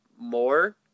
more